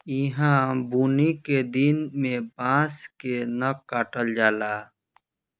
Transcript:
ईहा बुनी के दिन में बांस के न काटल जाला